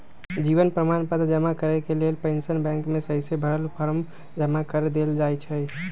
जीवन प्रमाण पत्र जमा करेके लेल पेंशन बैंक में सहिसे भरल फॉर्म जमा कऽ देल जाइ छइ